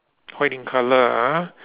white in colour ah